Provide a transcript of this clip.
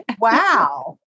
Wow